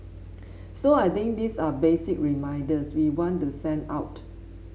so I think these are basic reminders we want to send out